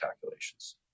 calculations